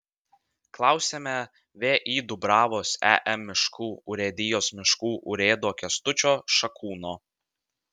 klausiame vį dubravos em miškų urėdijos miškų urėdo kęstučio šakūno